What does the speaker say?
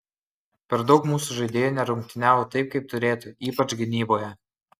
per daug mūsų žaidėjų nerungtyniavo taip kaip turėtų ypač gynyboje